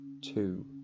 two